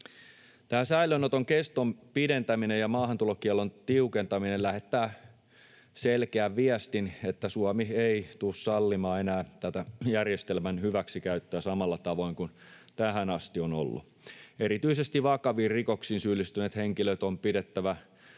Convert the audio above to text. Tämä säilöönoton keston pidentäminen ja maahantulokiellon tiukentaminen lähettää selkeän viestin, että Suomi ei tule sallimaan enää tätä järjestelmän hyväksikäyttöä samalla tavoin kuin tähän asti on ollut. Erityisesti vakaviin rikoksiin syyllistyneet henkilöt on pidettävä